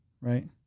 right